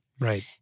Right